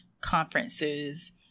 conferences